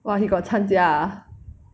!wah! he got 参加 ah